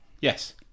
Yes